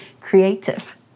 creative